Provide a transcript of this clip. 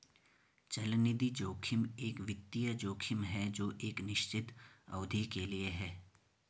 चलनिधि जोखिम एक वित्तीय जोखिम है जो एक निश्चित अवधि के लिए है